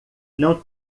não